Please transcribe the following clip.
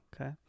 Okay